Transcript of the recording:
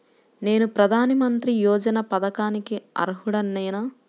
నేను ప్రధాని మంత్రి యోజన పథకానికి అర్హుడ నేన?